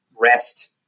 rest